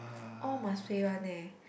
all must pay one leh